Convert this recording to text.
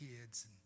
kids